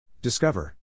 Discover